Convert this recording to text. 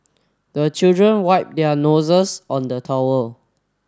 the children wipe their noses on the towel